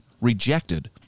rejected